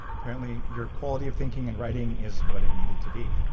apparently, your quality of thinking and writing is what it needed to be.